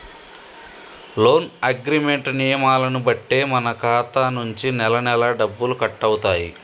loan agreement నియమాలను బట్టే మన ఖాతా నుంచి నెలనెలా డబ్బులు కట్టవుతాయి